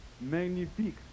Magnifique